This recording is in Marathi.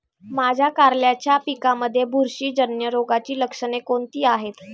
माझ्या कारल्याच्या पिकामध्ये बुरशीजन्य रोगाची लक्षणे कोणती आहेत?